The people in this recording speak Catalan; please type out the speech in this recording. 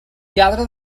lladre